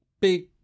big